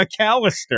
McAllister